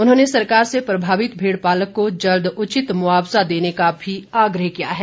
उन्होंने सरकार से प्रभावित भेड़ पालक को जल्द उचित मुआवज़ा देने का भी आग्रह किया है